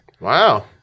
Wow